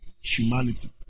humanity